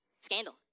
Scandal